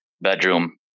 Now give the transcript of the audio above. bedroom